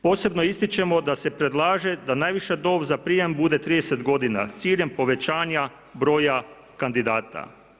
Posebno ističemo da se predlaže da najviša dob za prijem bude 30 godina s ciljem povećanja broja kandidata.